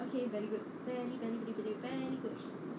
okay very good very very very very very good